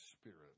Spirit